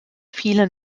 viele